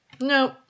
No